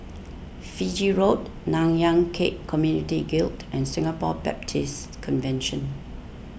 Fiji Road Nanyang Khek Community Guild and Singapore Baptist Convention